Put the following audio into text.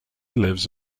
lives